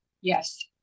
Yes